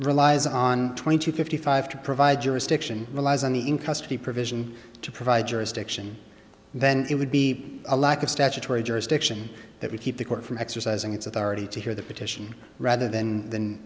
relies on twenty two fifty five to provide jurisdiction relies on the in custody provision to provide jurisdiction then it would be a lack of statutory jurisdiction that we keep the court from exercising its authority to hear the petition rather than than